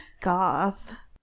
goth